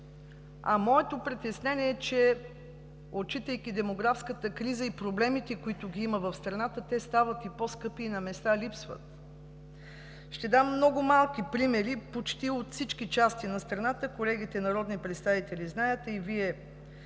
моето притеснение е, че отчитайки демографската криза и проблемите, които има в страната, те стават и по-скъпи и на места липсват. Ще дам много малки примери почти от всички части на страната. Колегите народни представители знаят, а и